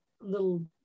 little